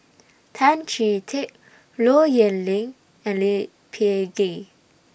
Tan Chee Teck Low Yen Ling and Lee Peh Gee